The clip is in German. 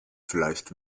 vielleicht